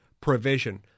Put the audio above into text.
provision